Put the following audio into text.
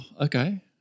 Okay